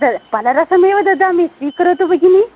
तत् फलरसमेव ददामि स्वीकरोतु भगिनि